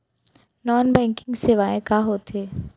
non banking सेवाएं का होथे